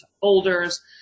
folders